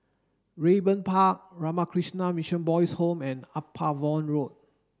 Raeburn Park Ramakrishna Mission Boys' Home and Upavon Road